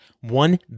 One